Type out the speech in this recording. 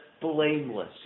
blameless